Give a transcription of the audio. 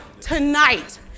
tonight